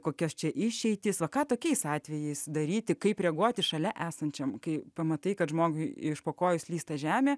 kokias čia išeitis o ką tokiais atvejais daryti kaip reaguoti šalia esančiam kai pamatai kad žmogui iš po kojų slysta žemė